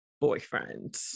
boyfriend